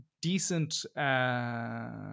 decent